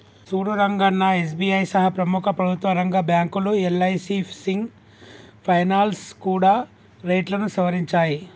సూడు రంగన్నా ఎస్.బి.ఐ సహా ప్రముఖ ప్రభుత్వ రంగ బ్యాంకులు యల్.ఐ.సి సింగ్ ఫైనాల్స్ కూడా రేట్లను సవరించాయి